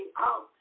out